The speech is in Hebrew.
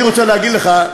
אני רוצה להגיד לך,